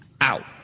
out